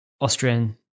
Austrian